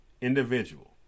individual